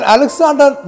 Alexander